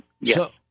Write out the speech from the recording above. Yes